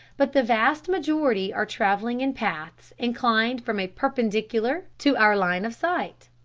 but the vast majority are traveling in paths inclined from a perpendicular to our line of sight.